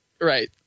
Right